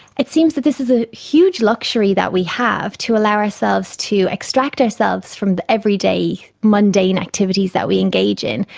it seems that this is a huge luxury that we have to allow ourselves to extract ourselves from everyday mundane activities that we engage in,